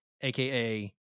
aka